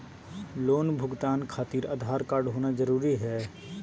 Loan भुगतान खातिर Aadhaar card होना जरूरी है?